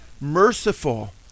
merciful